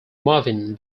marvin